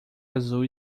azul